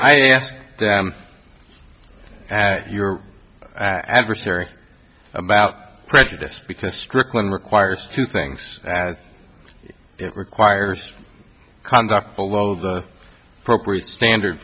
i ask them and your adversary about prejudice because strickland requires two things that it requires conduct below the appropriate standard